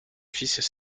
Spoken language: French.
suisses